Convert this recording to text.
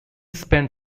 spent